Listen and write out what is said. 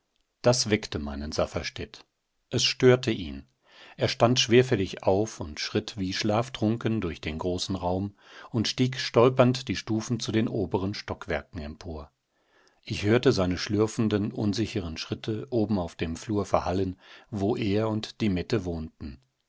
das weckte meinen safferstätt es störte ihn er stand schwerfällig auf und schritt wie schlaftrunken durch den großen raum und stieg stolpernd die stufen zu den oberen stockwerken empor ich hörte seine schlürfenden unsicheren schritte oben auf dem flur verhallen wo er und die mette wohnten